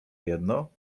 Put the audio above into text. jedno